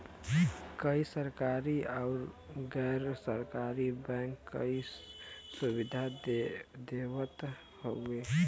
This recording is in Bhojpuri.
कई सरकरी आउर गैर सरकारी बैंकन कई सुविधा देवत हउवन